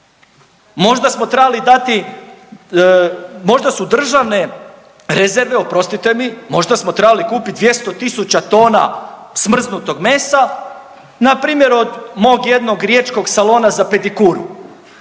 Možda smo trebali dati, možda su državne rezerve oprostite mi, možda smo trebali kupiti 200.000 tona smrznutog mesa npr. od mog jednog riječkog salona za pedikuru